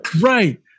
Right